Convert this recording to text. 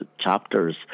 chapters